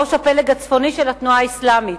ראש הפלג הצפוני של התנועה האסלאמית.